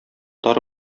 тар